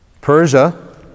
Persia